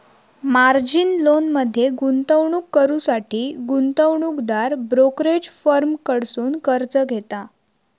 margin लोनमध्ये गुंतवणूक करुसाठी गुंतवणूकदार ब्रोकरेज फर्म कडसुन कर्ज घेता